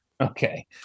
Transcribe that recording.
Okay